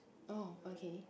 oh okay